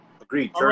Agreed